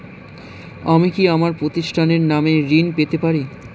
আমি কি আমার প্রতিষ্ঠানের নামে ঋণ পেতে পারি?